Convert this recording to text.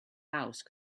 mouse